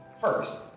First